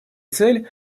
цель